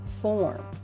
form